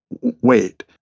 wait